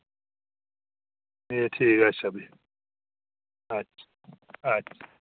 ऐ ठीक ऐ अच्छा फ्ही